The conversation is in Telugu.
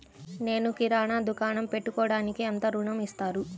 నేను కిరాణా దుకాణం పెట్టుకోడానికి ఎంత ఋణం ఇస్తారు?